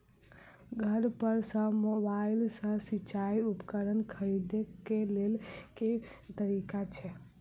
घर पर सऽ मोबाइल सऽ सिचाई उपकरण खरीदे केँ लेल केँ तरीका छैय?